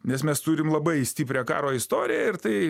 nes mes turim labai stiprią karo istoriją ir tai